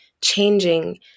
changing